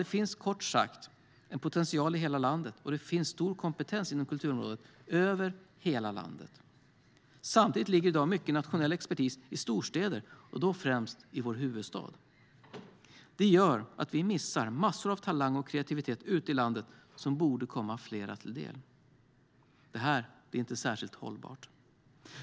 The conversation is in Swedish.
Det finns kort sagt en potential i hela landet, och det finns stor kompetens inom kulturområdet över hela landet. Samtidigt ligger i dag mycket nationell expertis i storstäder, främst i vår huvudstad. Det gör att vi missar massor av talang och kreativitet ute i landet som borde komma fler till del. Det är inte särskilt hållbart.